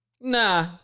Nah